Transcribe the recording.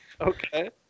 Okay